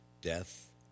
death